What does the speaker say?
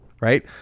right